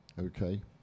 okay